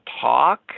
talk